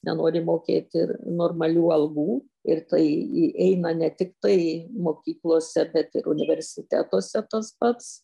nenori mokėti normalių algų ir tai įeina ne tik tai mokyklose bet ir universitetuose tas pats